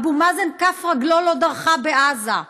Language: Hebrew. אבו מאזן, כף רגלו לא דרכה בעזה.